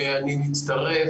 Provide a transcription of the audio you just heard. אני מצטרף